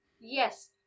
yes